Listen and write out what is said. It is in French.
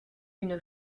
une